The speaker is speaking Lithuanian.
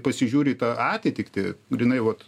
pasižiūri į tą atitiktį grynai vot